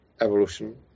evolution